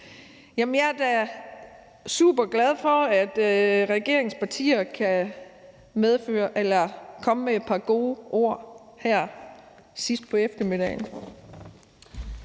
jeg er da superglad for, at regeringspartierne kan komme med et par gode ord her sidst på eftermiddagen.